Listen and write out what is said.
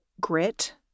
grit